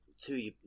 two